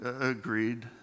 agreed